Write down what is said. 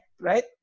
right